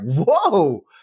whoa